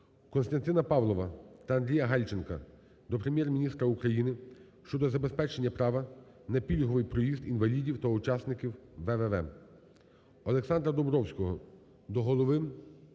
Костянтина Павлова та Андрія Гальченка до Прем'єр-міністра України щодо забезпечення права на пільговий проїзд інвалідів та учасників ВВВ. Олександра Домбровського до голови